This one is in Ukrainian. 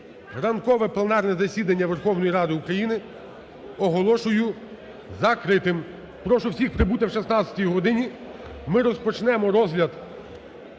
Ранкове пленарне засідання Верховної Ради України оголошую закритим. Прошу всіх прибути о 16 годині, ми розпочнемо розгляд